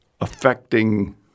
affecting